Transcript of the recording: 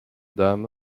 dame